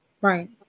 Right